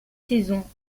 saisons